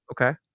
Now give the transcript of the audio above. Okay